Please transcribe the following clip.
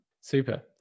Super